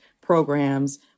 programs